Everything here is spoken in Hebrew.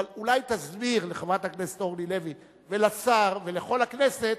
אולי תסביר לחברת הכנסת אורלי לוי ולשר ולכל הכנסת